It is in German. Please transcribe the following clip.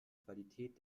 qualität